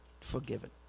forgiven